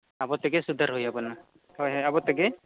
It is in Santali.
ᱟᱵᱚᱛᱮᱜᱮ ᱥᱩᱫᱷᱟᱹᱨ ᱦᱩᱭᱟᱵᱚᱱᱟ ᱦᱳᱭ ᱦᱳᱭ ᱟᱵᱚ ᱛᱮᱜᱮ